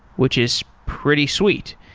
which is pretty sweet.